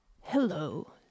Hello